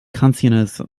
canciones